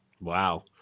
Wow